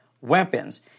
weapons